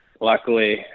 Luckily